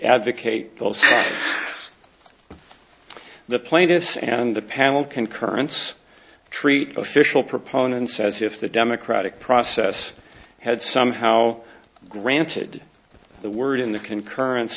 advocate the plaintiffs and the panel concurrence treat official proponents says if the democratic process had somehow granted the word in the concurrence